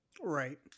right